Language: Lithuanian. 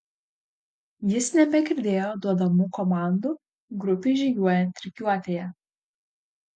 jis nebegirdėjo duodamų komandų grupei žygiuojant rikiuotėje